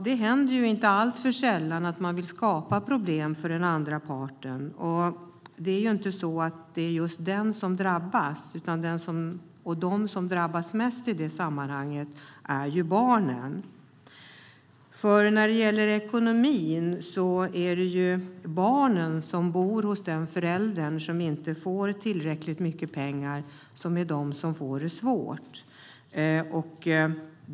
Det händer inte alltför sällan att den ena parten vill skapa problem för den andra parten, men det är ju inte den som drabbas. I stället är det barnen som drabbas mest i det sammanhanget. När det gäller ekonomin är det nämligen barnen som bor hos den förälder som inte får tillräckligt mycket pengar som får det svårt.